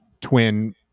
twin